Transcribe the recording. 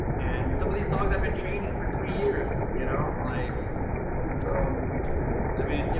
and some of these dogs i've been training for three years, you know, like so i mean,